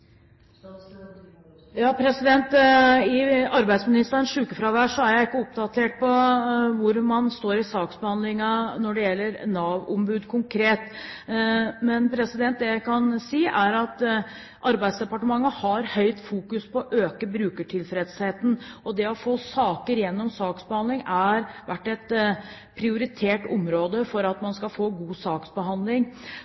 I arbeidsministerens sykefravær er jeg ikke oppdatert på hvor man står i saksbehandlingen når det gjelder Nav-ombud konkret. Men det jeg kan si, er at Arbeidsdepartementet har høyt fokus på å øke brukertilfredsheten, og det å få saker gjennom har vært et prioritert område for at